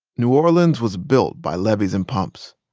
new orleans was built by levees and pumps,